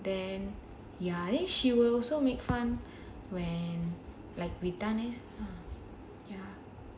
then ya then she will also make fun when like written it